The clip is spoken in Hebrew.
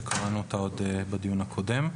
שקראנו אותה עוד בדיון הקודם.